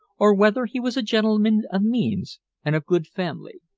or whether he was a gentleman of means and of good family.